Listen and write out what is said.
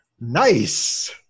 Nice